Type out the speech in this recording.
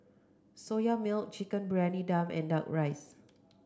Soya Milk Chicken Briyani Dum and Duck Rice